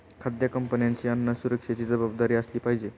खाद्य कंपन्यांची अन्न सुरक्षेची जबाबदारी असली पाहिजे